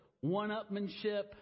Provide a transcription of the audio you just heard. one-upmanship